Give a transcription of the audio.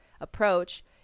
approach